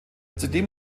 zudem